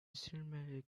cinematic